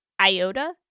iota